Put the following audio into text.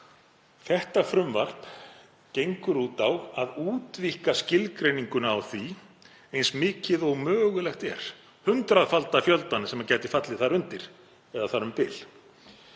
Þetta frumvarp gengur út á að útvíkka skilgreininguna á því eins mikið og mögulegt er, hundraðfalda fjöldann sem gæti fallið þar undir eða þar um bil.